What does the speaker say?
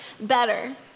better